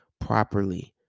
properly